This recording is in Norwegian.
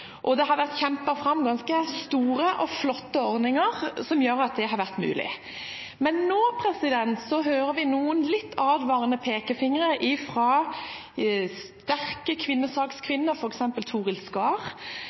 Det har vært kjempet fram ganske store og flotte ordninger, som har gjort dette mulig. Men nå ser vi noen litt advarende pekefingre fra sterke